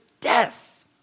death